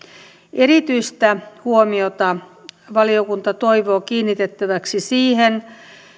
erityistä huomiota valiokunta toivoo kiinnitettäväksi siihen